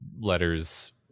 letters